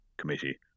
committee